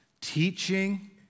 teaching